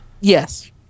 Yes